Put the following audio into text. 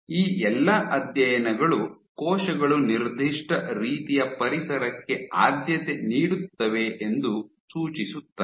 ಈ ಎಲ್ಲಾ ಅಧ್ಯಯನಗಳು ಕೋಶಗಳು ನಿರ್ದಿಷ್ಟ ರೀತಿಯ ಪರಿಸರಕ್ಕೆ ಆದ್ಯತೆ ನೀಡುತ್ತವೆ ಎಂದು ಸೂಚಿಸುತ್ತವೆ